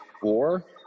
Four